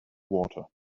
water